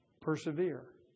Persevere